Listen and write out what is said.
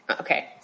Okay